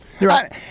right